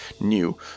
new